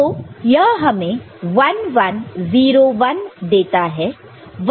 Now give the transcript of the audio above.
तो यह हमें 1 1 0 1 देता है